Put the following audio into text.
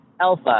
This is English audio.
alpha